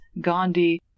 Gandhi